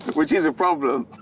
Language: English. which is a problem.